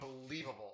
unbelievable